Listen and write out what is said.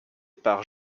par